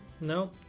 No